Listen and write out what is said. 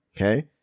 Okay